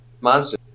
monster